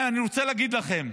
אני רוצה להגיד לכם,